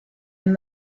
and